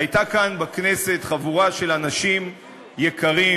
הייתה כאן בכנסת חבורה של אנשים יקרים,